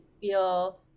feel